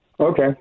Okay